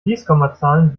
fließkommazahlen